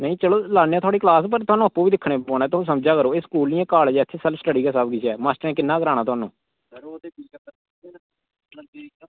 पर लैना थुआढ़ी क्लॉस पर थाह्नूं आपूं बी दिक्खना पौना तुस समझा करो एह् स्कूल निं कॉलेज़ ऐ ते इत्थें आपें गै सबकिश ऐ मास्टरें किन्ना कराना थुहानू